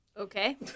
Okay